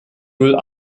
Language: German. müll